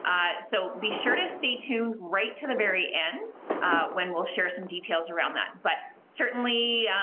um so be sure to stay tuned right to the very end when we'll share some details around that, but certainly,